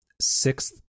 sixth